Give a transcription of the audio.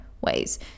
ways